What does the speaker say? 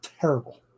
terrible